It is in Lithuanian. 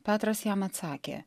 petras jam atsakė